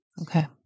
Okay